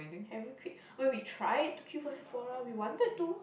have you queued when we tried to queue for Sephora we wanted to